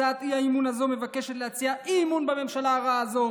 הצעת האי-אמון הזו מבקשת להציע אי-אמון בממשלה הרעה הזו